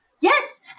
Yes